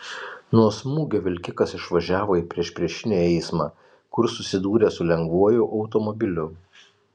nuo smūgio vilkikas išvažiavo į priešpriešinį eismą kur susidūrė su lengvuoju automobiliu